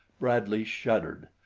bradley shuddered.